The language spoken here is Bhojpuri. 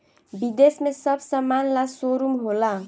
विदेश में सब समान ला शोरूम होला